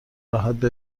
راحت